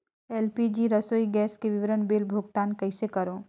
LPG रसोई gas के विवरण बिल भुगतान कइसे करों?